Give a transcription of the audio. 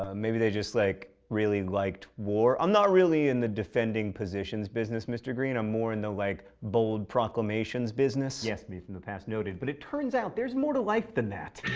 um maybe they just, like, really liked war? i'm not really in the defending positions business, mr. green, i'm more in the like, bold proclamations business. yes, me from the past, noted. but it turns out, there's more to life than that.